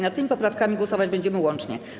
Nad tymi poprawkami głosować będziemy łącznie.